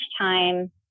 time